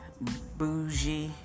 bougie